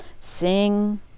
Sing